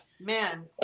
Man